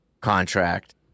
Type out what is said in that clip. contract